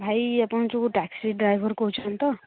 ଭାଇ ଆପଣ ଯେଉଁ ଟାକ୍ସି ଡ୍ରାଇଭର୍ କହୁଛନ୍ତି ତ